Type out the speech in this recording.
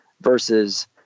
Versus